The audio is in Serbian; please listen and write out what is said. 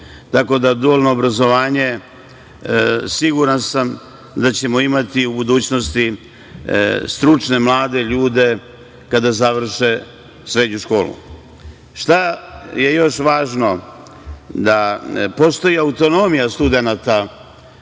tako da dualno obrazovanje… Siguran sam da ćemo imati u budućnosti stručne mlade ljude kada završe srednju školu. Šta je još važno? Postoji autonomija studenata